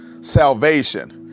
salvation